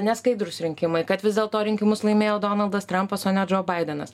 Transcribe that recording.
neskaidrūs rinkimai kad vis dėl to rinkimus laimėjo donaldas trampas o ne džo baidenas